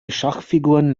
schachfiguren